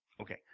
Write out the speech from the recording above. Okay